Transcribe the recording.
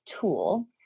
tool